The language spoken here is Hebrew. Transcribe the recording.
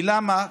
למה?